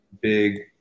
big